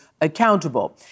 accountable